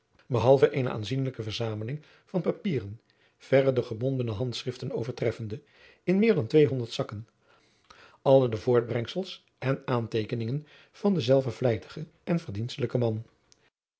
behalve eene aanzienlijke verzameling van papieren verre de gebondene handschriften overtreffende in meer dan tweehonderd zakken alle de voortbrengsels en aanteekeningen van denzelfden vlijtigen en verdienstelijken man